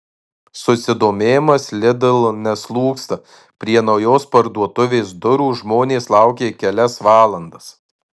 susidomėjimas lidl neslūgsta prie naujos parduotuvės durų žmonės laukė kelias valandas